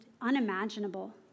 unimaginable